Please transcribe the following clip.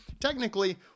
technically